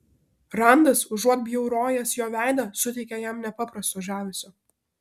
randas užuot bjaurojęs jo veidą suteikė jam nepaprasto žavesio